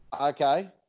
Okay